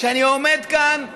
שאני עומד כאן ללא,